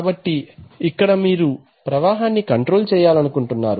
కాబట్టి ఇక్కడ మీరు ప్రవాహాన్ని కంట్రోల్ చేయాలనుకుంటున్నారు